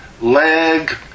leg